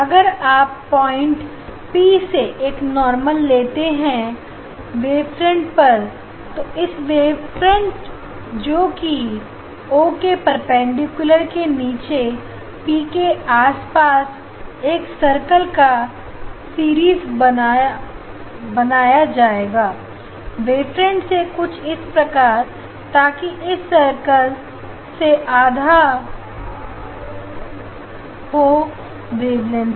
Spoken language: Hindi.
अगर आप प्वाइंट पी से एक नॉर्मल बना देते हैं वेवफ्रंट पर तो इस वेवफ्रंट जो कि ओ है परपेंडिकुलर के नीचे पी के आस पास एक सर कल का सीरीज बनाया जाएगा वेवफ्रंट से कुछ इस प्रकार ताकि हर सर्कल आधा हो वेवलेंथ से